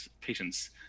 patients